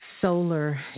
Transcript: solar